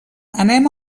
anem